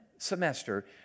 semester